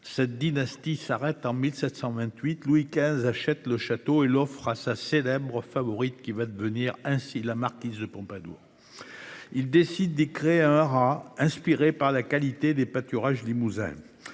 cette dynastie s'arrête en 1728, Louis XV achète le château et l'offre à sa célèbres favorite qui va devenir ainsi la marquise de Pompadour. Il décide. À Arras, inspiré par la qualité des pâturages Limousin.